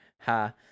ha